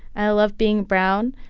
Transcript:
i love being brown.